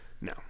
No